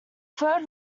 third